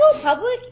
public